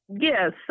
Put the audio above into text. Yes